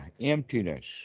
emptiness